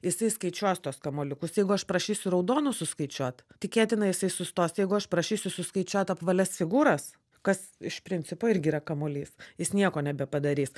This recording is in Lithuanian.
jisai skaičiuos tuos kamuoliukus jeigu aš prašysiu raudonus suskaičiuot tikėtina jisai sustos jeigu aš prašysiu suskaičiuot apvalias figūras kas iš principo irgi yra kamuolys jis nieko nebepadarys